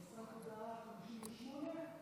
הנדסת תודעה 58?